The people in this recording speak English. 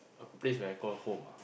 a place where I call home ah